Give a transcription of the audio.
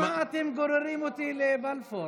למה אתם גוררים אותי לבלפור?